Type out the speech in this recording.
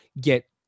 get